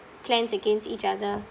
plans against each other